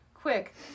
Quick